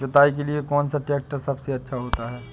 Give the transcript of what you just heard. जुताई के लिए कौन सा ट्रैक्टर सबसे अच्छा होता है?